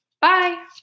Bye